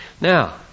Now